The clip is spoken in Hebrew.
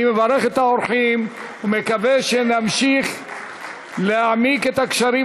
אני מברך את האורחים ומקווה שנמשיך להעמיק את הקשרים